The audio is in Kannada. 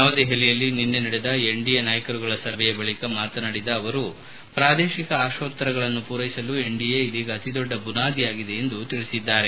ನವದೆಹಲಿಯಲ್ಲಿ ನಿನ್ನೆ ನಡೆದ ಎನ್ಡಿಎ ನಾಯಕರುಗಳ ಸಭೆಯ ಬಳಿಕ ಮಾತನಾಡಿದ ನರೇಂದ್ರ ಮೋದಿ ಪ್ರಾದೇಶಿಕ ಆಕೋತ್ತರಗಳನ್ನು ಪೂರೈಸಲು ಎನ್ಡಿಎ ಇದೀಗ ಅತಿದೊಡ್ಡ ಬುನಾದಿಯಾಗಿದೆ ಎಂದು ನುಡಿದಿದ್ದಾರೆ